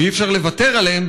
אי-אפשר "לוותר" עליהם,